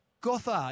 Gothard